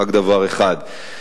רק דבר אחד,